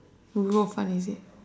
would be more fun is it